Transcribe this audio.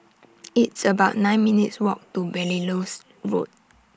It's about nine minutes' Walk to Belilios Road